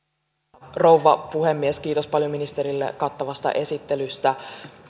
arvoisa rouva puhemies kiitos paljon ministerille kattavasta esittelystä